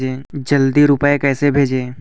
जल्दी रूपए कैसे भेजें?